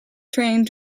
trained